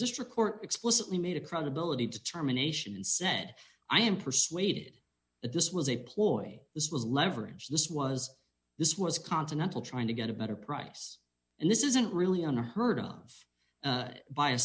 district court explicitly made a credibility determination and said i am persuaded that this was a ploy this was leverage this was this was continental trying to get a better price and this isn't really unheard of by a